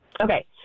Okay